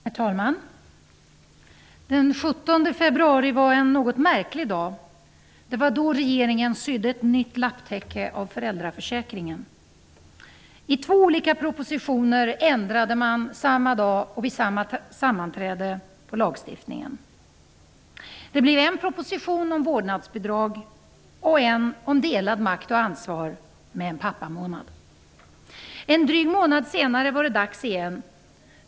Herr talman! Den 17 februari var en något märklig dag. Det var då regeringen sydde ett nytt lapptäcke av föräldraförsäkringen. I två olika propositioner ändrade man samma dag och vid samma sammanträde på lagstiftningen. Det blev en proposition om vårdnadsbidrag och en om delad makt och ansvar med en pappamånad. En dryg månad senare var det dags igen.